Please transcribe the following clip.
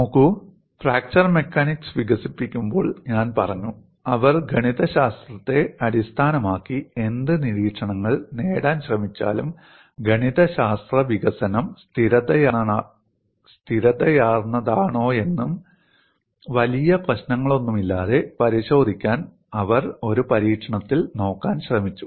നോക്കൂ fracture mechanics വികസിപ്പിക്കുമ്പോൾ ഞാൻ പറഞ്ഞു അവർ ഗണിതശാസ്ത്രത്തെ അടിസ്ഥാനമാക്കി എന്ത് നിരീക്ഷണങ്ങൾ നേടാൻ ശ്രമിച്ചാലും ഗണിതശാസ്ത്ര വികസനം സ്ഥിരതയാർന്നതാണോയെന്നും വലിയ പ്രശ്നങ്ങളൊന്നുമില്ലാതെ പരിശോധിക്കാൻ അവർ ഒരു പരീക്ഷണത്തിൽ നോക്കാൻ ശ്രമിച്ചു